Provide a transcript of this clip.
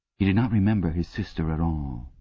he did not remember his sister at all,